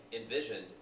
envisioned